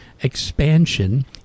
expansion